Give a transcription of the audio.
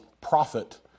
profit